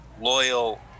loyal